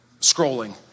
scrolling